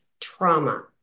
trauma